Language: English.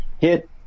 Hit